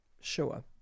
sure